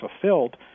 fulfilled